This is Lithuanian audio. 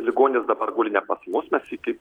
ligonis dabar guli ne pas mus mes jį kaip